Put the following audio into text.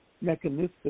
mechanistic